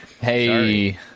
hey